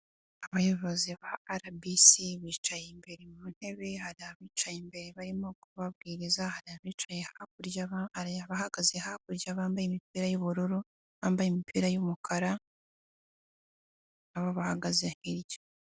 Abayobozi ba arabisi, bicaye imbere mu ntebe hari abicaye imbere barimo kubabwiriza hari abicaye hakurya hari abahagaze hakurya bambaye imipira y'ubururu, bambaye imipira y'umukara. Aba bahagaze hirya.